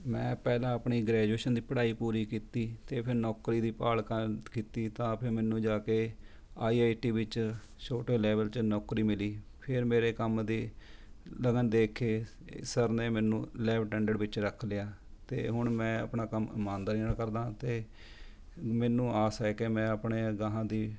ਮੈਂ ਪਹਿਲਾਂ ਆਪਣੀ ਗ੍ਰੈਜੂਏਸ਼ਨ ਦੀ ਪੜ੍ਹਾਈ ਪੂਰੀ ਕੀਤੀ ਅਤੇ ਫੇਰ ਨੌਕਰੀ ਦੀ ਭਾਲ ਕਰਨ ਕੀਤੀ ਤਾਂ ਫੇਰ ਮੈਨੂੰ ਜਾ ਕੇ ਆਈ ਆਈ ਟੀ ਵਿੱਚ ਛੋਟੇ ਲੈਵਲ 'ਚ ਨੌਕਰੀ ਮਿਲੀ ਫੇਰ ਮੇਰੇ ਕੰਮ ਦੀ ਲਗਨ ਦੇਖ ਕੇ ਸਰ ਨੇ ਮੈਨੂੰ ਲੈਬ ਅਟੈਨਡੈਂਟ ਵਿੱਚ ਰੱਖ ਲਿਆ ਅਤੇ ਹੁਣ ਮੈਂ ਆਪਣਾ ਕੰਮ ਇਮਾਨਦਾਰੀ ਨਾਲ ਕਰਦਾ ਹਾਂ ਅਤੇ ਮੈਨੂੰ ਆਸ ਹੈ ਕਿ ਮੈਂ ਆਪਣੇ ਗਾਹਾਂ ਦੀ